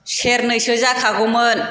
सेरनैसो जाखागौमोन